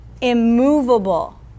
immovable